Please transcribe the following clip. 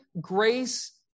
grace